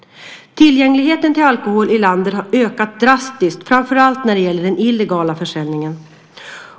Tillgängligheten på alkohol har ökat drastiskt i landet. Framför allt gäller det den illegala försäljningen.